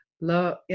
low